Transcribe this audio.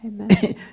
Amen